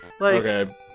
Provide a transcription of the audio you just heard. Okay